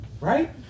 Right